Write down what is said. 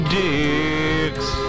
dicks